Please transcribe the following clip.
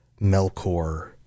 Melkor